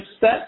set